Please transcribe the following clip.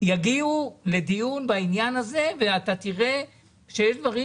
יגיעו לדיון בעניין הזה ואתה תראה שיש דברים